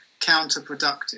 counterproductive